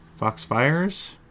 Foxfires